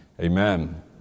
Amen